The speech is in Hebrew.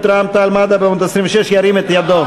ירים את היד.